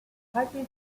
hybrid